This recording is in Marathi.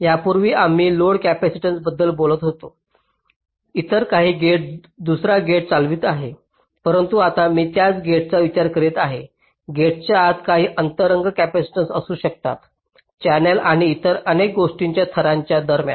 यापूर्वी आम्ही लोड कॅपेसिटन्सबद्दल बोलत होतो इतर काही गेट दुसरा गेट चालवित आहेत परंतु आता मी त्याच गेटचा विचार करीत आहे गेटच्या आत काही अंतरंग कॅपेसिटन्स असू शकतात चॅनेल आणि इतर अनेक गोष्टींच्या थरांच्या दरम्यान